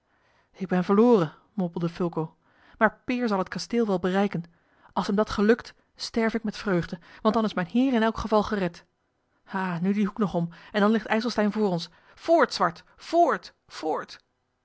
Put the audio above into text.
ik ben verloren mompelde fulco maar peer zal het kasteel wel bereiken als hem dat gelukt sterf ik met vreugde want dan is mijn heer in elk geval gered ha nu dien hoek nog om en dan ligt ijselstein voor ons voort zwart voort voort